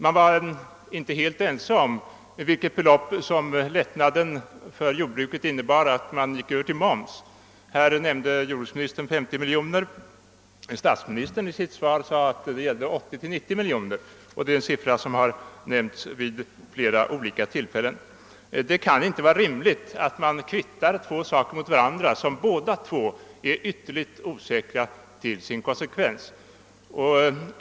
Man var inte heller ense om vilket belopp den lättnad representerade som övergången till moms innebar för jordbruket. Jordbruksministern nämnde här siffran 50 miljoner, medan statsministern i sitt svar under telefonväktarprogrammet sade att det gällde 80—90 miljoner. Dessa båda sistnämnda belopp har för övrigt nämnts vid flera olika tillfällen. Det kan inte vara rimligt att kvitta två saker mot varandra när man i bägge fallen är ytterligt osäker om konsekvenserna.